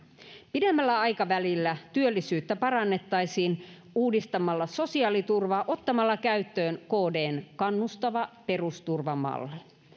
pidemmällä aikavälillä työllisyyttä parannettaisiin uudistamalla sosiaaliturvaa ottamalla käyttöön kdn kannustava perusturvamalli